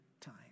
time